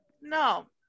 No